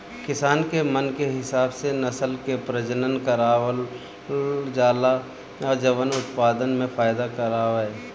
किसान के मन के हिसाब से नसल के प्रजनन करवावल जाला जवन उत्पदान में फायदा करवाए